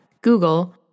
Google